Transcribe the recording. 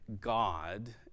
God